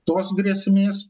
tos grėsmės